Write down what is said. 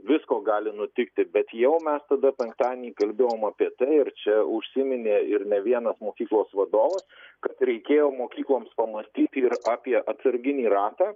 visko gali nutikti bet jau mes tada penktadienį kalbėjom apie tai ir čia užsiminė ir ne vienas mokyklos vadovas kad reikėjo mokykloms pamąstyti ir apie atsarginį ratą